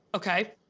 okay?